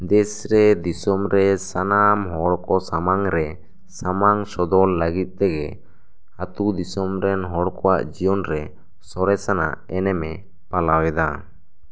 ᱫᱮᱥ ᱨᱮ ᱫᱤᱥᱟᱹᱢ ᱨᱮ ᱥᱟᱱᱟᱢ ᱦᱚᱲ ᱠᱚ ᱥᱟᱢᱟᱝ ᱨᱮ ᱥᱟᱢᱟᱝ ᱥᱚᱫᱚᱨ ᱞᱟᱹᱜᱤᱫ ᱛᱮᱜᱮ ᱟᱛᱳ ᱫᱤᱥᱟᱹᱢ ᱨᱮᱱ ᱦᱚᱲ ᱠᱚᱣᱟᱜ ᱡᱤᱭᱚᱱ ᱨᱮ ᱥᱚᱨᱮᱥ ᱟᱱᱟᱜ ᱮᱱᱮᱢ ᱮ ᱯᱟᱞᱟᱣ ᱮᱫᱟ